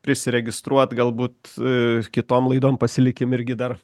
prisiregistruot galbūt kitom laidom pasilikim irgi dar